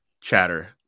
chatter